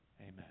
Amen